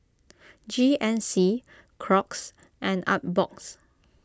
G N C Crocs and Artbox